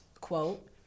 quote